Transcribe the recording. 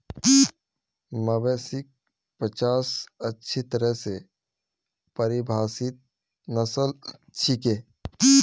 मवेशिक पचास अच्छी तरह स परिभाषित नस्ल छिके